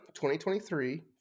2023